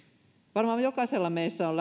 varmaan jokaisella meistä on